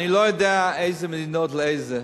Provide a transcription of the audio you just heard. אני לא יודע איזה מדינות לאיזה,